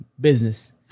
business